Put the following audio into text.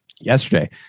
yesterday